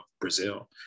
brazil